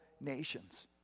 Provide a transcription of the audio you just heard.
nations